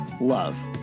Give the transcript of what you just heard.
love